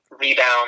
rebound